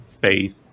faith